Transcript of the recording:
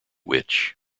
witch